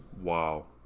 Wow